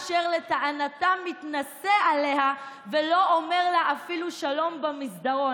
אשר לטענתם מתנשא עליה ולא אומר לה אפילו שלום במסדרון.